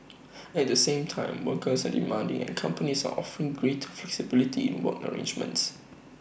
at the same time workers are demanding and companies are offering greater flexibility in work arrangements